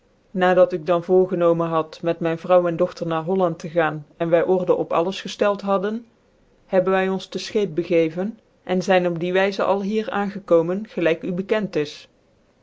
dat ik dan voorgenomen had mee mijn vrouw en dochter na holland tc gaan en wy order op alles gcftcld hadden hebben wy ons t scheep begeven en zyn op die wijze alhier aangekomen gelijk u bekend is